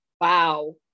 wow